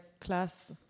class